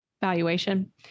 valuation